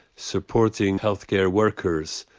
supporting health care workers,